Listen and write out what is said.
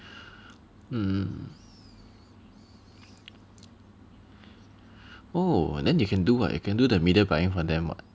mm oh then you can do what you can do the media buying for them what